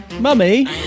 Mummy